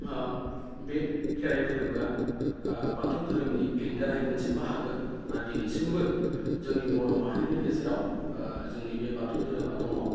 बे खेराइ फोरबोआ बाथौ धोरोमनि एंगार हायै मोनसे बाहागो आरो दिनैसिमबो जोंनि बर' माहारिनि गेजेराव जोंनि बे बाथौ धोरोमा दङ